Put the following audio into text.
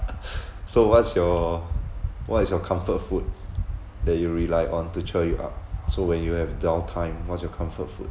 so what's your what is your comfort food that you rely on to cheer you up so when you have downtime what's your comfort food